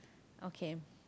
okay